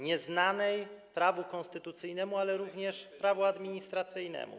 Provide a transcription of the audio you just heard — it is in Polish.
nieznanej prawu konstytucyjnemu, ale również prawu administracyjnemu.